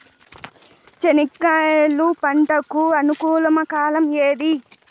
చెనక్కాయలు పంట కు అనుకూలమా కాలం ఏది?